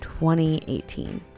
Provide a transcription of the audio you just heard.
2018